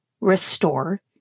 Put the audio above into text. restore